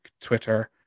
Twitter